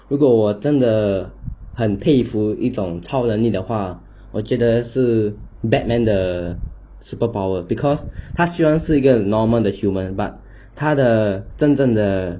如果我真的很佩服一种超能力的话我觉得是 batman 的 superpower because 他虽然是一个 normal 的 human but 他的真正的